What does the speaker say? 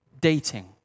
dating